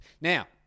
Now